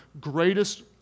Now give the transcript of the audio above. greatest